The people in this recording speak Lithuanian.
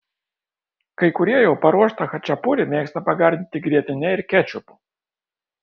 kai kurie jau paruoštą chačapuri mėgsta pagardinti grietine ir kečupu